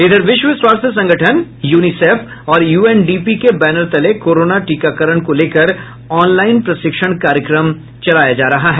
इधर विश्व स्वास्थ्य संगठन यूनीसेफ और यूएनडीपी के बैनर तले कोरोना टीकाकरण को लेकर ऑनलाईन प्रशिक्षण कार्यक्रम किया जा रहा है